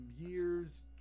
years